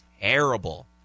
terrible